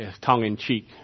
tongue-in-cheek